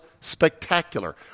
spectacular